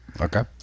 okay